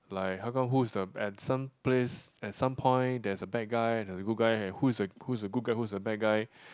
like how come who is the at some place at some point there's a bad guy and there's a good and who is a who is a good guy who is a bad guy